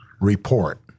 report